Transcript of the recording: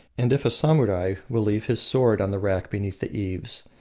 and, if a samurai, will leave his sword on the rack beneath the eaves,